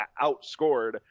outscored